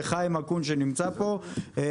לחיים אקון שנמצא פה,